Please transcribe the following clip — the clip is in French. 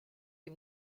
des